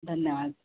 धन्यवाद